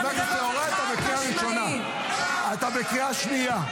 חבר הכנסת יוראי, אתה בקריאה ראשונה.